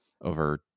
over